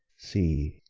see,